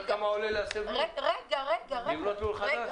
את יודעת כמה עולה להסב לול ולבנות לול חדש?